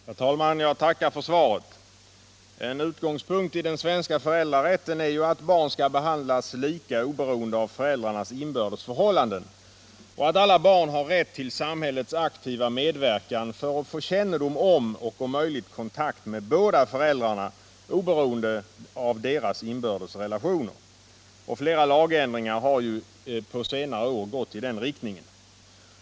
Herr talman! Jag tackar för svaret. En utgångspunkt i den svenska föräldrarätten är ju att barn skall behandlas lika oberoende av föräldrarnas inbördes förhållanden och att alla barn har rätt till samhällets aktiva medverkan för att få kännedom om och om möjligt kontakt med båda föräldrarna oberoende av deras inbördes relationer. Flera lagändringar har på senare år gått i den riktningen.